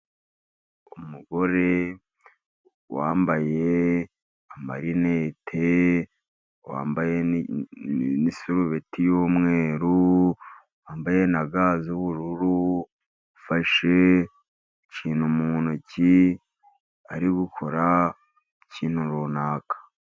Umugore wambaye amarinete, wambaye n'isurubeti y'umweru, wambaye na ga z'ubururu, ufashe ikintu mu ntoki. ari gukora ikintu runaka.